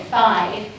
five